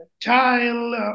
child